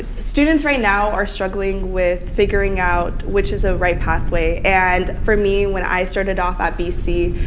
students, right now, are struggling with figuring out which is a right pathway and, for me when i started off at bc,